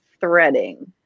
threading